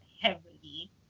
heavily